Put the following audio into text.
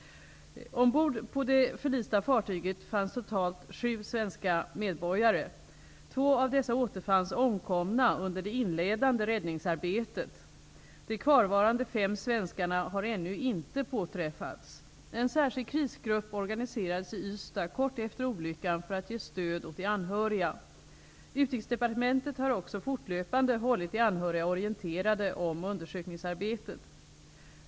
Ombord på det förlista fartyget fanns totalt sju svenska medborgare. Två av dessa återfanns omkomna under det inledande räddningsarbetet. De kvarvarande fem svenskarna har ännu inte påträffats. En särskild krisgrupp organiserades i Ystad kort efter olyckan för att ge stöd åt de anhöriga. Utrikesdepartementet har också fortlöpande hållit de anhöriga orienterade om undersökningsarbetet.